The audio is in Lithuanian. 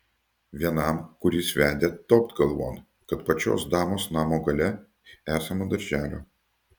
vienam kuris vedė topt galvon kad pačios damos namo gale esama darželio